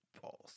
False